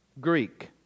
Greek